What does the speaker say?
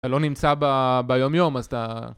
אתה לא נמצא ביומיום אז אתה...